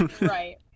right